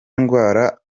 ndwara